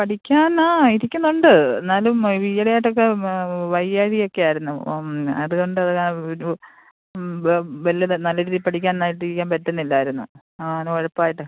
പഠിക്കാൻ ആ ഇരിക്കുന്നുണ്ട് എന്നാലും ഈയിടെയായിട്ടൊക്കെ വയ്യായികയൊക്കെയായിരുന്നു അതുകൊണ്ട് ഒരു വ വല്ല നല്ലരീതി പഠിക്കാനായിട്ടിരിക്കാൻ പറ്റുന്നില്ലായിരുന്നു അതാണ് ഉഴപ്പായിട്ട്